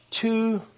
two